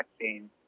vaccine